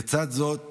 לצד זאת